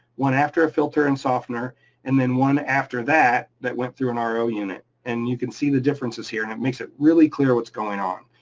one after a filter and softener and then one after that, that went through an ah ro unit, and you can see the differences here and it makes it really clear what's going on.